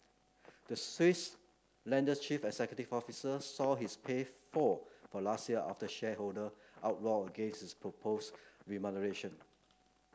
the Swiss lender's chief executive officer saw his pay fall for last year after shareholder uproar against his proposed remuneration